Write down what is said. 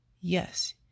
Yes